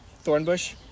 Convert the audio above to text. Thornbush